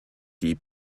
die